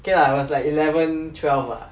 okay lah it was like eleven twelve lah